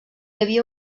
havia